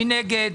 מי נגד?